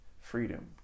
freedom